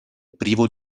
privo